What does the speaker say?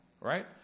right